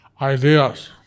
ideas